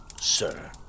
sir